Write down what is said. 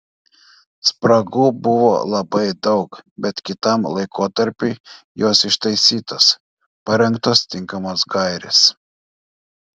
spragų buvo labai daug bet kitam laikotarpiui jos ištaisytos parengtos tinkamos gairės